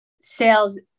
sales